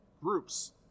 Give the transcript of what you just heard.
groups